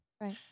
Right